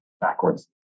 backwards